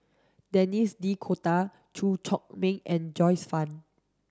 Denis D'Cotta Chew Chor Meng and Joyce Fan